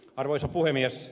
arvoisa puhemies